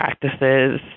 practices